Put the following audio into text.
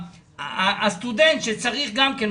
הסטודנט שצריך גם כן,